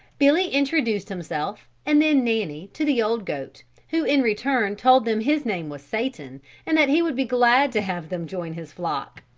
billy introduced himself and then nanny to the old goat who in return told them his name was satan and that he would be glad to have them join his flock,